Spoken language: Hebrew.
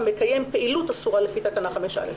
"המקיים פעילות אסורה לפי תקנה 5(א)".